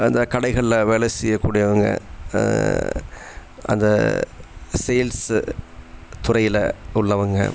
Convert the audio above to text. அந்தக் கடைகளில் வேலை செய்யக்கூடியவங்க அந்த சேல்ஸு துறையில் உள்ளவங்கள்